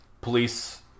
police